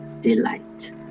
delight